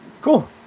Cool